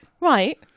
Right